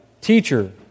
Teacher